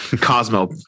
Cosmo